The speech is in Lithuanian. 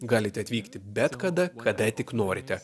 galite atvykti bet kada kada tik norite